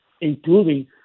including